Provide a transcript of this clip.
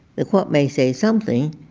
the court may say something,